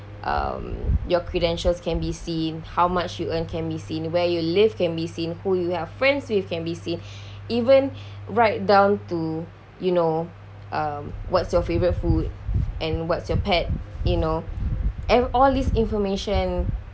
um your credentials can be seen how much you earn can be seen where you live can be seen who you have friends with can be seen even right down to you know um what's your favourite food and what's your pet you know ever~ all this information